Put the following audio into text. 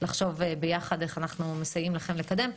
לחשוב ביחד איך אנחנו מסייעים לכם לקדם.